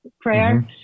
prayer